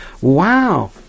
Wow